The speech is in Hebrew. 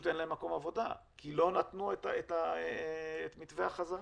שאין להם מקום עבודה כי לא נתנו את מתווה החזרה.